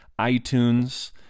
iTunes